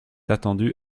attendu